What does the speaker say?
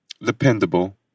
Dependable